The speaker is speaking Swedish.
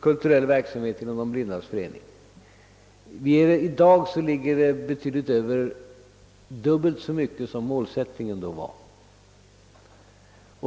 kulturell verksamhet inom De blindas förening. I dag är anslaget mer än dubbelt så stort.